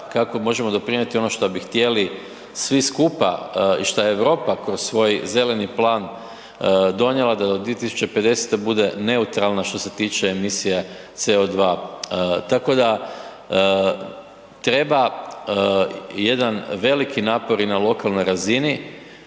kako možemo doprinjeti ono šta bi htjeli svi skupa i šta je Europa kroz svoj Zeleni plan donijela da do 2050. bude neutralna što se tiče emisija CO2. Tako da treba jedan veliki napor i na lokalnoj razini